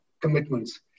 commitments